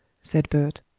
said bert.